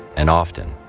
and often,